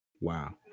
Wow